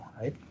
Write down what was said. right